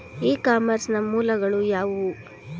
E commerce ನ ಮೂಲಗಳು ಯಾವುವು?